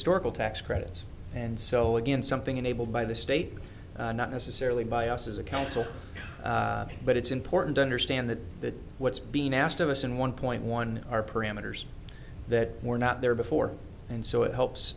historical tax credits and so again something enabled by the state not necessarily by us as a council but it's important to understand that the what's being asked of us in one point one our parameters that were not there before and so it helps